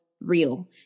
real